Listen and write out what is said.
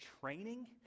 training